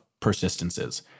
persistences